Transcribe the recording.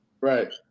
right